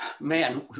man